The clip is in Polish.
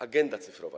Agenda cyfrowa.